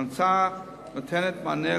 ההצעה נותנת מענה,